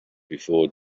before